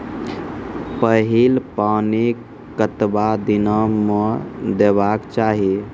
पहिल पानि कतबा दिनो म देबाक चाही?